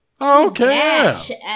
Okay